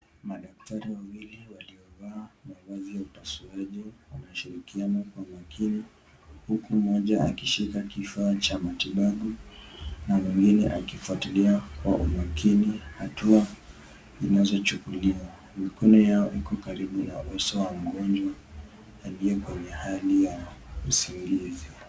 Madaktari wawili waliovaa mavazi ya upasuaji wanashirikiana kwa makini huku mmoja akishika kifaa cha matibabu na mwingine akifuatilia kwa umakini hatua inayochukuliwa. Mikono yao iko karibu na uso wa mgonjwa aliye kwenye hali ya usingizi.